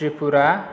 Tripura